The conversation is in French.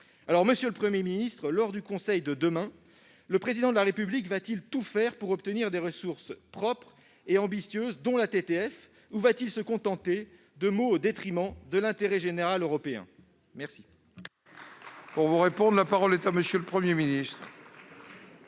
2013. Monsieur le Premier ministre, lors du Conseil de demain, le Président de la République va-t-il tout faire pour obtenir des ressources propres ambitieuses, dont la TTF, ou va-t-il se contenter de mots, au détriment de l'intérêt général européen ? La parole est à M. le Premier ministre.